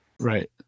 Right